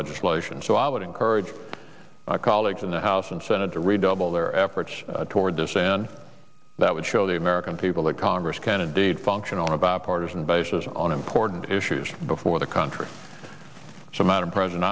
legislation so i would encourage my colleagues in the house and senate to redouble their efforts toward this and that would show the american people that congress can indeed function on a bipartisan basis on important issues before the country so madam president